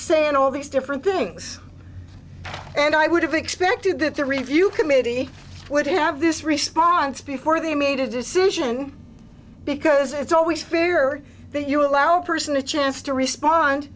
saying all these different things and i would have expected that the review committee would have this response before they made a decision because it's always clear that you allow a person a chance to respond